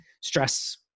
stress